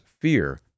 fear